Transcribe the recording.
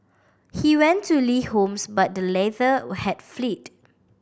he went to Li homes but the latter had fled